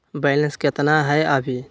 Balance केतना हय अभी?